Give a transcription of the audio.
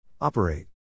Operate